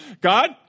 God